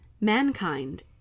Mankind